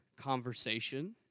conversation